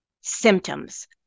symptoms